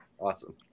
Awesome